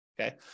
okay